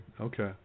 Okay